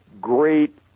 great